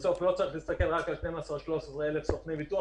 בסוף לא צריך להסתכל רק על 12,000 13,000 סוכני ביטוח,